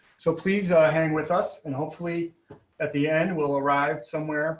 so please hang with us and hopefully at the end will arrive somewhere